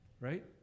Right